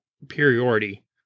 superiority